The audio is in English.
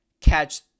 catch